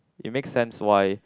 it make sense why